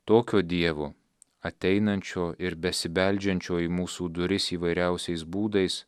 tokio dievo ateinančio ir besibeldžiančio į mūsų duris įvairiausiais būdais